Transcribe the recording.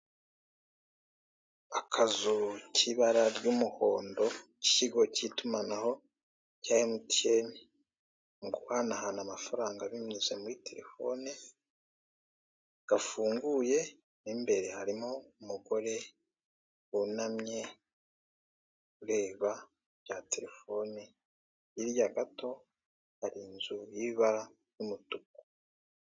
Akazu k'ibara ry'umuhondo, k'ikigo cy'itumanaho cya Emutiyeni mu guhanahana amafaranga binyuze muri telefoni, gafunguye, mo imbere harimo umugore wunamye ureba ibya telefoni, hirya gato hari inzu y'ibara ry'umutuku.